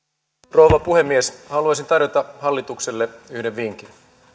rouva puhemies haluaisin tarjota hallitukselle yhden vinkin